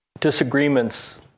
disagreements